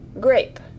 Grape